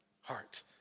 heart